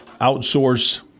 outsource